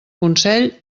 consell